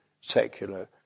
secular